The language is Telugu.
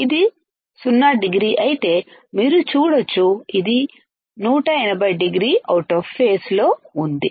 ఇది 0 డిగ్రీ అయితే మీరు చూడొచ్చుఇది 180 డిగ్రీ అవుట్ అఫ్ ఫేస్ లో ఉంది